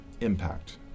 impact